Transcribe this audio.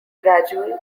gradual